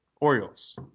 Orioles